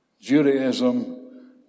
judaism